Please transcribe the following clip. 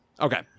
Okay